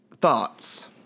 thoughts